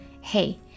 Hey